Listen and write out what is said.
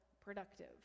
productive